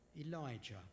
Elijah